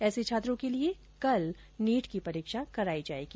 ऐसे छात्रों के लिए कल नीट की परीक्षा कराई जाएगी